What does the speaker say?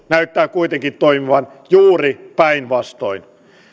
näyttää kuitenkin toimivan juuri päinvastoin